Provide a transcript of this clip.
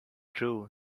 true